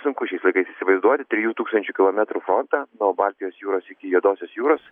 sunku šiais laikais įsivaizduoti trijų tūkstančių kilometrų frontą nuo baltijos jūros iki juodosios jūros